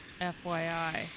FYI